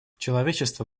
человечество